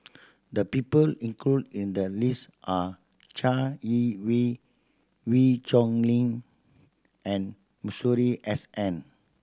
the people included in the list are Chai Yee Wei Wee Chong Ling and Masuri S N